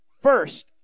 First